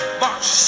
march